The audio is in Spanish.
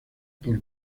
por